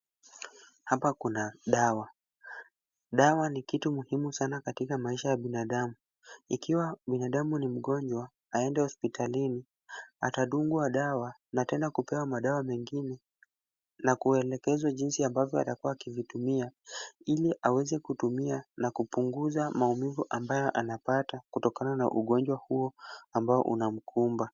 Hapa kuna dawa. Dawa ni kitu muhimu sana katika maisha ya binadamu. Ikiwa binadamu ni mgonjwa aende hospitalini atadungwa dawa na tena kupewa madawa mengine na kuelekezwa jinsi ambavyo atakuwa akizitumia ili aweze kutumia na kupunguza maumivu ambayo anapata kutokana na ugonjwa huo ambao unamkumba.